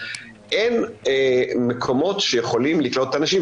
אין מקומות שיכולים לקלוט את האנשים,